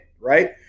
right